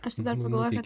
aš dar pagalvojau kad